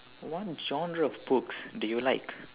one genre of books that you like